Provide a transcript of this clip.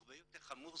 הרבה יותר חמור,